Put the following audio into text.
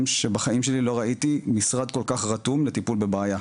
שבחיים שלי לא ראיתי משרד כל כך רתום לטיפול בבעיה.